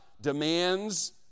demands